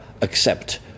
accept